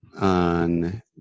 on